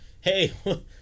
hey